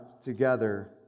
together